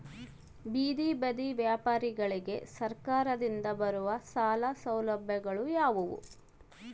ಬೇದಿ ಬದಿ ವ್ಯಾಪಾರಗಳಿಗೆ ಸರಕಾರದಿಂದ ಬರುವ ಸಾಲ ಸೌಲಭ್ಯಗಳು ಯಾವುವು?